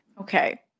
Okay